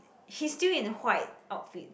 he's still in white outfit